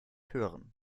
hören